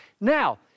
Now